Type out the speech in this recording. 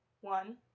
one